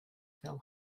phil